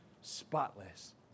spotless